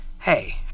hey